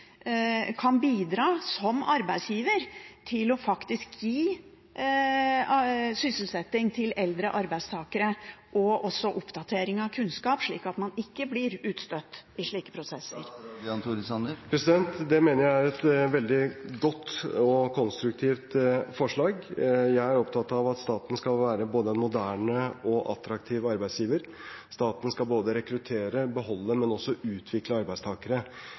kan bidra, som arbeidsgiver, til faktisk å gi sysselsetting til eldre arbeidstakere, og også oppdatering av kunnskap, slik at man ikke blir utstøtt i slike prosesser? Det mener jeg er et veldig godt og konstruktivt forslag. Jeg er opptatt av at staten skal være både en moderne og attraktiv arbeidsgiver. Staten skal både rekruttere, beholde og også utvikle arbeidstakere.